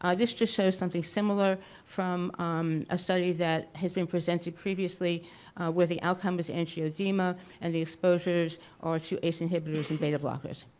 ah this just shows something similar from um a study that has been presented previously with the outcome was angioedema and the exposures to ace inhibitors and beta-blockers